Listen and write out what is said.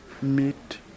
meet